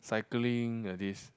cycling like this